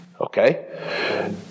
Okay